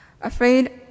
Afraid